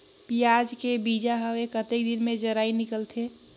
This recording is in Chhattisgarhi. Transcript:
पियाज के बीजा हवे कतेक दिन मे जराई निकलथे?